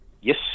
Yes